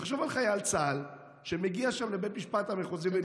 תחשוב על חייל צה"ל שמגיע שם לבית המשפט המחוזי למשפט,